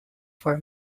for